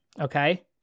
okay